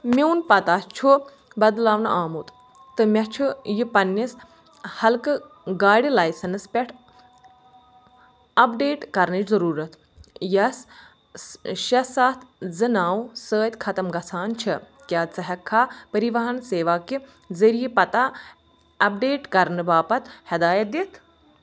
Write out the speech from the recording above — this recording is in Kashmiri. میون پَتَہ چھُ بدلاونہٕ آمُت تہٕ مےٚ چھُ یہِ پنٛنِس ہلکہٕ گاڑٕ لایسٮ۪نٕس پؠٹھ اَپڈیٹ کَرنٕچ ضٔروٗرتھ یَس شےٚ سَتھ زٕ نَو سۭتۍ ختم گژھان چھِ کیٛاہ ژٕ ہٮ۪ککھا پٔرِواہَن سیوا کہِ ذٔریعہٕ پَتَہ اَپڈیٹ کَرنہٕ باپتھ ہدایت دِتھ